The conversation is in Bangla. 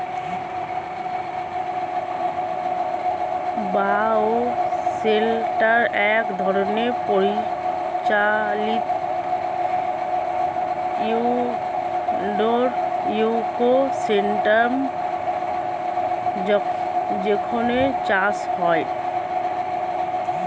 বায়ো শেল্টার এক ধরনের পরিচালিত ইন্ডোর ইকোসিস্টেম যেখানে চাষ হয়